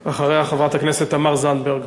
אחריה, חברת הכנסת תמר זנדברג,